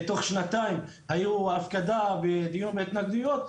בתוך שנתיים היו הפקדה ודיון בהתנגדויות.